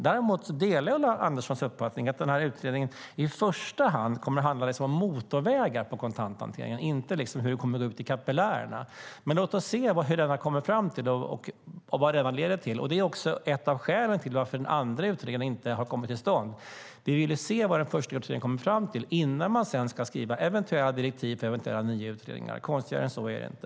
Jag delar Ulla Anderssons uppfattning att utredningen i första hand kommer att handla om motorvägar för kontanthantering, inte hur det kommer att gå ut i kapillärerna. Låt oss se vad utredningen kommer fram till och vad det leder till. Detta är också ett av skälen till varför den andra utredningen inte har kommit till stånd. Vi vill ju se vad den första utredningen kommer fram till innan vi skriver direktiv till eventuella nya utredningar. Konstigare än så är det inte.